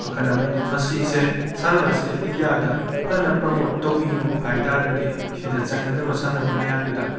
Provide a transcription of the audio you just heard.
ꯃꯈꯟ ꯑꯃꯅꯤ ꯝꯁꯤꯁꯦ ꯁꯥꯟꯅꯕ ꯑꯁꯦ ꯏꯟꯗꯤꯌꯥꯗ ꯐꯖꯅ ꯄ꯭ꯔꯃꯣꯠ ꯇꯧꯕꯤꯌꯨ ꯍꯥꯏꯇꯥꯔꯒꯗꯤ ꯁꯤꯗ ꯆꯪꯒꯗꯕ ꯁꯥꯟꯅꯕ ꯃꯌꯥꯝꯗꯨꯗ